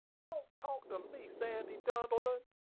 don't talk to me, sandy duddleton!